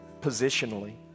positionally